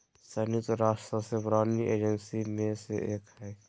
संयुक्त राष्ट्र सबसे पुरानी एजेंसी में से एक हइ